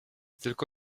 tylko